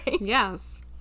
yes